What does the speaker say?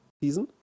season